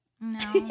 No